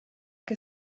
che